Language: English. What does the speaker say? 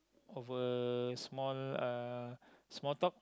over small uh small talk